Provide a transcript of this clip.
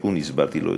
הסברתי לו את זה,